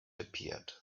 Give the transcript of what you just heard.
appeared